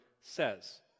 says